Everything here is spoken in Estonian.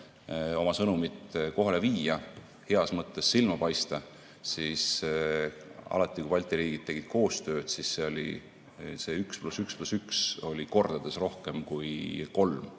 oma sõnumit kohale viia ja heas mõttes silma paista, siis alati, kui Balti riigid tegid koostööd, oli see 1 + 1 + 1 kordades rohkem kui 3.